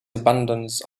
abundance